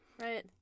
Right